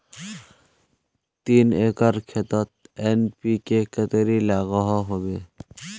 तीन एकर खेतोत एन.पी.के कतेरी लागोहो होबे?